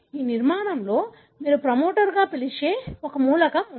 ఈ నిర్మాణంలో మీరు ప్రమోటర్గా పిలిచే ఒక మూలకం ఉంది